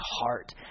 heart